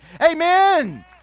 Amen